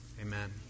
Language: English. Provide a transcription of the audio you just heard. amen